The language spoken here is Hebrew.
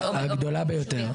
הגדולה ביותר,